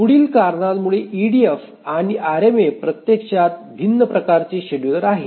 पुढील कारणांमुळे ईडीएफ आणि आरएमए प्रत्यक्षात भिन्न प्रकारचे शेड्युलर आहेत